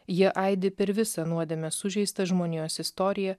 jie aidi per visą nuodėmės sužeistą žmonijos istoriją